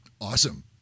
Awesome